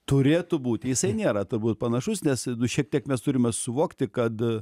turėtų būt jisai nėra turbūt panašus nes nu šiek tiek mes turime suvokti kad